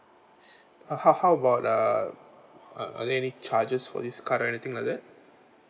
uh how how about uh are are there any charges for this card or anything like that